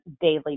daily